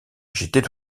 j’étais